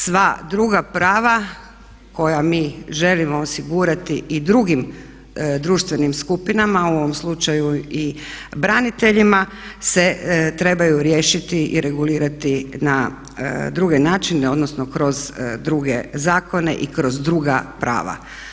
Sva druga prava koja mi želimo osigurati i drugim društvenim skupinama a u ovom slučaju i braniteljima se trebaju riješiti i regulirati na druge načine, odnosno kroz druge zakona i kroz druga prava.